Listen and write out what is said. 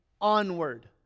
onward